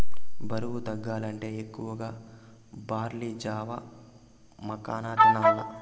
బరువు తగ్గాలంటే ఎక్కువగా బార్లీ జావ, మకాన తినాల్ల